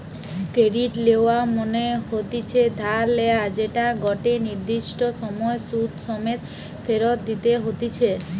credit লেওয়া মনে হতিছে ধার লেয়া যেটা গটে নির্দিষ্ট সময় সুধ সমেত ফেরত দিতে হতিছে